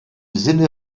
sinne